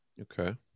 Okay